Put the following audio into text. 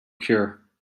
cure